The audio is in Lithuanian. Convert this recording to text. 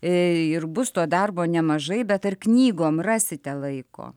ir bus to darbo nemažai bet ar knygom rasite laiko